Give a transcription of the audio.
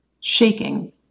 Shaking